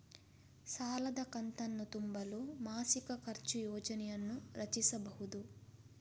ಸಾಲದ ಕಂತನ್ನು ತುಂಬಲು ಮಾಸಿಕ ಖರ್ಚು ಯೋಜನೆಯನ್ನು ರಚಿಸಿಬಹುದು